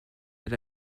elle